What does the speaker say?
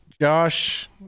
Josh